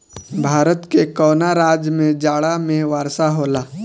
भारत के कवना राज्य में जाड़ा में वर्षा होला?